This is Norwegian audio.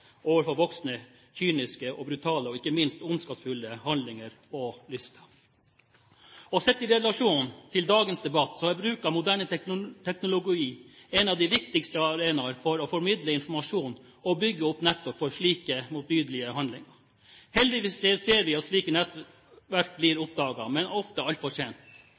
overfor voksnes kyniske, brutale og ikke minst ondskapsfulle handlinger og lyster. Sett i relasjon til dagens debatt er bruk av moderne teknologi en av de viktigste arenaer for å formidle informasjon og bygge opp nettopp for slike motbydelige handlinger. Heldigvis ser vi at slike nettverk blir oppdaget, men ofte altfor sent.